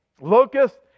locusts